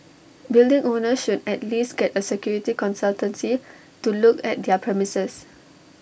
building owners should at least get A security consultancy to look at their premises